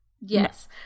Yes